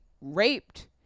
raped